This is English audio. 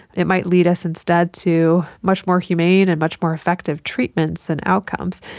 it might lead us instead to much more humane and much more effective treatments and outcomes.